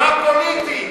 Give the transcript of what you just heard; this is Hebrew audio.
מה פוליטי?